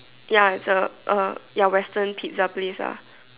ya it's a a ya Western pizza place ah